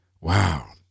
Wow